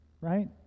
right